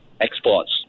exports